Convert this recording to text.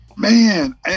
Man